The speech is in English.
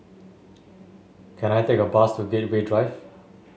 can I take a bus to Gateway Drive